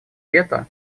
вето